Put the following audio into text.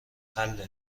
حله